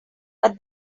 but